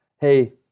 Hey